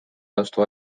vastu